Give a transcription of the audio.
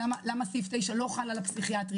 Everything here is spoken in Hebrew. למה סעיף 9 לא חל על הפסיכיאטריה.